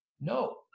No